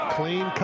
Clean